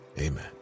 amen